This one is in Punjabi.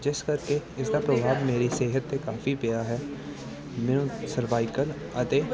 ਜਿਸ ਕਰਕੇ ਇਸ ਦਾ ਪ੍ਰਭਾਵ ਮੇਰੀ ਸਿਹਤ 'ਤੇ ਕਾਫੀ ਪਿਆ ਹੈ ਮੈਨੂੰ ਸਰਵਾਈਕਲ ਅਤੇ